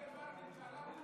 הרבה בממשלה,